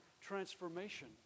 transformation